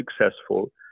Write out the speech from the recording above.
successful